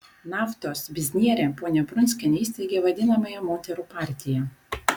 naftos biznierė ponia prunskienė įsteigė vadinamąją moterų partiją